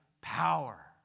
power